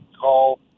call